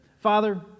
Father